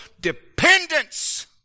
dependence